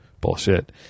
bullshit